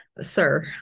sir